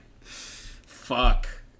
Fuck